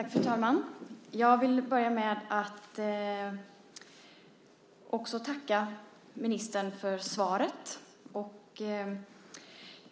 Fru talman! Jag vill börja med att tacka ministern för svaret.